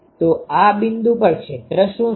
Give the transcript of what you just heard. તો આ બિંદુ પર ક્ષેત્ર શુ છે